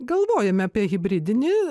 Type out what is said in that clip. galvojam apie hibridinį